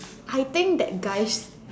I think that guys